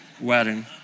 wedding